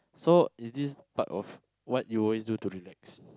so is this part of what you always do to relax